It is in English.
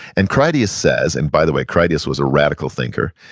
and critias says, and by the way, critias was a radical thinker,